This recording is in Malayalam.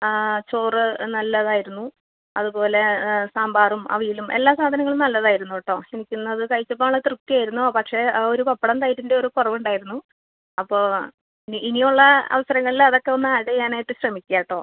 ചോറ് നല്ലതായിരുന്നു അതുപോലെ സാമ്പാറും അവിയലും എല്ലാ സാധനങ്ങളും നല്ലതായിരുന്നു കേട്ടോ എനിക്ക് ഇന്നത് കഴിച്ചപ്പം നല്ല തൃപ്തിയായിരുന്നു പക്ഷേ ആ ഒരു പപ്പടം തൈരിൻറെ ഒരു കുറവുണ്ടായിരുന്നു അപ്പോൾ നി ഇനിയുള്ള അവസരങ്ങളിൽ അതൊക്കെ ഒന്ന് ആഡ് ചെയ്യാനായിട്ട് ശ്രമിക്കുക കേട്ടോ